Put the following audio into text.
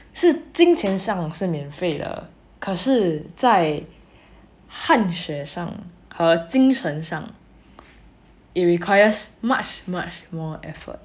是金钱上是免费的可是在汗血上和精神上 it requires much much more effort